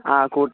ആ കൂ